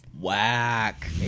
whack